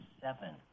seven